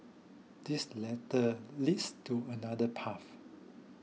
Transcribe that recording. this ladder leads to another path